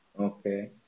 Okay